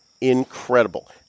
incredible